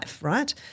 right